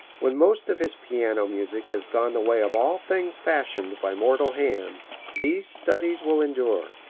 when most of his piano music has gone the way of all things fashioned by mortal hands, these studies will endure,